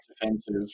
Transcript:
defensive